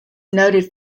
noted